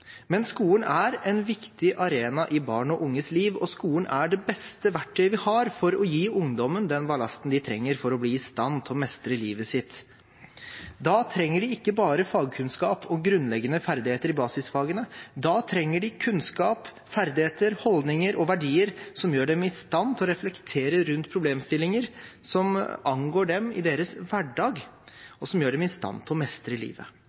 Men skolen er en viktig arena i barn og unges liv, og skolen er det beste verktøyet vi har for å gi ungdommen den ballasten de trenger for å bli i stand til å mestre livet sitt. Da trenger de ikke bare fagkunnskap og grunnleggende ferdigheter i basisfagene. De trenger kunnskap, ferdigheter, holdninger og verdier som gjør dem i stand til å reflektere rundt problemstillinger som angår dem i deres hverdag, og som gjør dem i stand til å mestre livet.